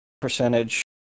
percentage